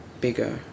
bigger